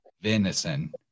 venison